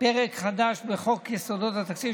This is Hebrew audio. פרק חדש בחוק יסודות התקציב,